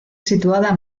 situada